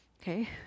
okay